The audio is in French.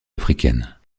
africaine